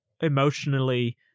emotionally